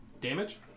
Damage